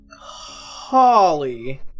Holly